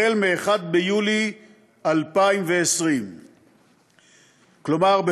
החל מ-1 ביולי 2020. כלומר,